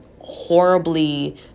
horribly